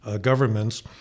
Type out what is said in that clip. governments